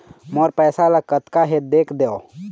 मोर पैसा कतका हे देख देव?